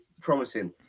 promising